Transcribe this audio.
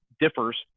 differs